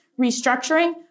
restructuring